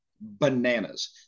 bananas